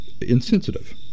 insensitive